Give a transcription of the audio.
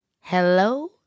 hello